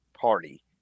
party